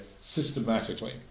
systematically